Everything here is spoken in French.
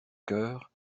cœur